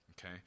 okay